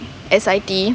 S_I_T